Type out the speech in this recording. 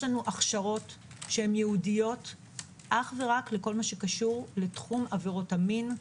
יש לנו הכשרות ייעודיות אך ורק בכל הקשור לתחום עבירות המין,